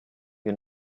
you